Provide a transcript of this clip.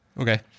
Okay